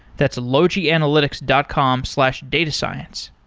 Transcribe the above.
that's logianalytics dot com slash datascience.